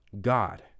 God